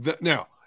Now